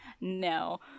no